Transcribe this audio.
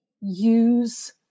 use